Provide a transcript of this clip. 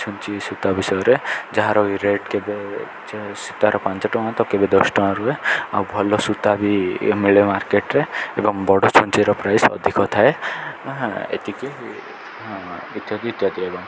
ଛୁଞ୍ଚି ସୂତା ବିଷୟରେ ଯାହାର ରେଟ୍ କେବେ ସୂତାର ପାଞ୍ଚ ଟଙ୍କା ତ କେବେ ଦଶ ଟଙ୍କା ରୁହେ ଆଉ ଭଲ ସୂତା ବି ମିଳେ ମାର୍କେଟ୍ରେ ଏବଂ ବଡ଼ ଛୁଞ୍ଚିର ପ୍ରାଇସ୍ ଅଧିକ ଥାଏ ଏତିକି ହଁ ଇତ୍ୟାଦି ଇତ୍ୟାଦି ଏବଂ